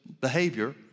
behavior